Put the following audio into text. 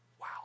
Wow